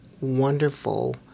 wonderful